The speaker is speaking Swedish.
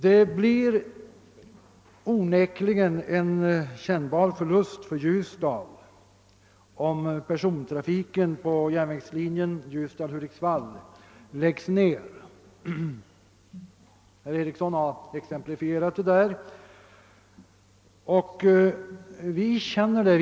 Det blir onekligen en kännbar förlust för Ljusdal om persontrafiken på järnvägslinjen Ljusdal —Hudiksvall läggs ned — herr Eriksson i Bäckmora har exemplifierat det.